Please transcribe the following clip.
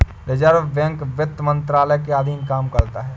reserve Bank वित्त मंत्रालय के अधीन काम करता है